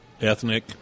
ethnic